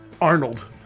Arnold